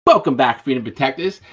welcome back, freedom protectors.